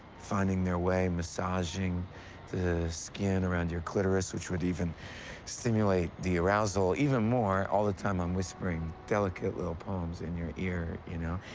finding their way, massaging the skin around your clitoris, which would even stimulate the arousal even more. all the time, i'm whispering delicate little poems in your ear, you know?